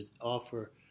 offer